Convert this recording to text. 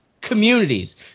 communities